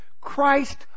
Christ